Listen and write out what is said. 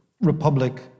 republic